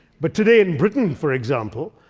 but, today in britain, for example,